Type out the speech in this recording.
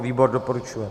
Výbor doporučuje.